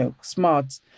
smart